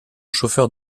chauffeur